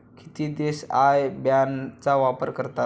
किती देश IBAN चा वापर करतात?